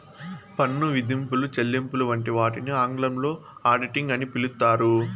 పన్ను విధింపులు, చెల్లింపులు వంటి వాటిని ఆంగ్లంలో ఆడిటింగ్ అని పిలుత్తారు